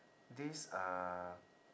this uh